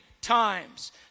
times